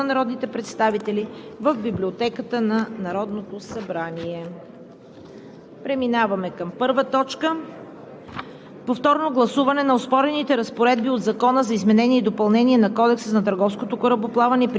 индекси на строителната продукция през месец октомври 2020 г.; инфлации и индекси на потребителските цени за месец ноември 2020 г. Материалите са на разположение на народните представители в Библиотеката на Народното събрание.